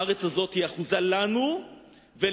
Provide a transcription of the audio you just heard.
הארץ הזאת היא אחוזה לנו ולבנינו,